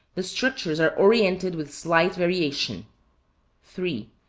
the structures are orientated with slight variation three,